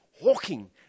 walking